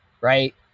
right